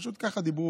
פשוט כך דיברו.